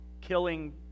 killing